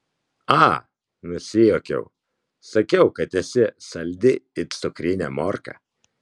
a nusijuokiau sakiau kad esi saldi it cukrinė morka